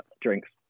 drinks